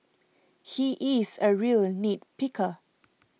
he is a real nit picker